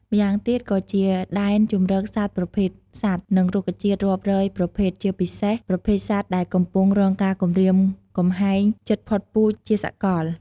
ម្យ៉ាងទៀតក៏ជាដែនជម្រកសម្រាប់ប្រភេទសត្វ និងរុក្ខជាតិរាប់រយប្រភេទជាពិសេសប្រភេទសត្វដែលកំពុងរងការគំរាមកំហែងជិតផុតពូជជាសកល។